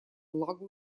влагу